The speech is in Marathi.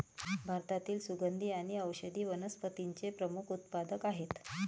भारतातील सुगंधी आणि औषधी वनस्पतींचे प्रमुख उत्पादक आहेत